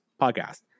podcast